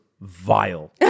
vile